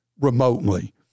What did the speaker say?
remotely